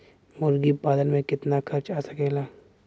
मुर्गी पालन में कितना खर्च आ सकेला?